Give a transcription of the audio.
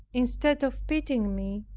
instead of pitying me,